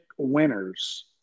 winners